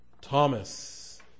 Thomas